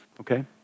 Okay